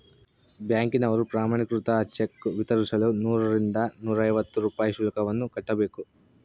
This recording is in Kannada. ಬ್ಯಾಂಕಿನವರು ಪ್ರಮಾಣೀಕೃತ ಚೆಕ್ ವಿತರಿಸಲು ನೂರರಿಂದ ನೂರೈವತ್ತು ರೂಪಾಯಿ ಶುಲ್ಕವನ್ನು ಕಟ್ಟಬೇಕು